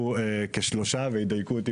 יש חבר נוסף שלא נמצא פה,